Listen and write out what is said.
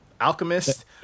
Alchemist